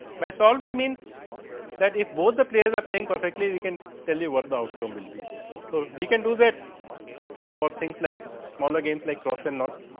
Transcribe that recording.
by solved mean that if both the place are playing perfectly we can tell you what the outcome will be essentially. so, we can do that for things like, smaller games like cross and notes.